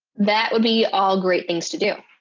that would be all great things to do.